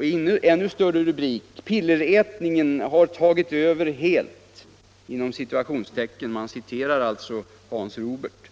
I en ännu större rubrik kan man läsa detta: ”Pillerätningen har tagit över helt” Tidningen har satt citationstecken omkring den rubriken; man citerar alltså Hans Rubert.